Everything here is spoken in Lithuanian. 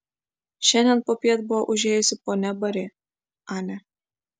šiandien popiet buvo užėjusi ponia bari ane